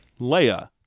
Leia